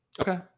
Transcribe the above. Okay